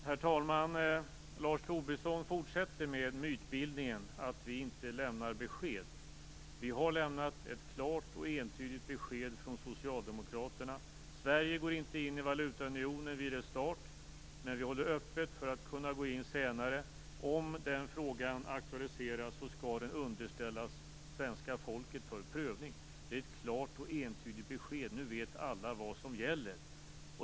Herr talman! Lars Tobisson fortsätter med mytbildningen om att vi inte lämnar besked. Vi har lämnat ett klart och entydigt besked från Socialdemokraterna: Sverige går inte in i valutaunionen vid dess start, men håller öppet för att kunna gå in senare. Om frågan aktualiseras skall den underställas svenska folket för prövning. Det är ett klart och entydigt besked. Nu vet alla vad som gäller.